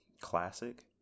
classic